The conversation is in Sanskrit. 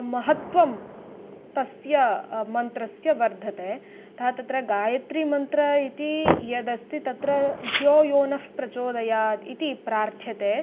महत्वं तस्य मन्त्रस्य वर्धते तथा तत्र गायत्रीमन्त्रम् इति यदस्ति तत्र धियोयोनः प्रचोदयात् इति प्रार्थ्यते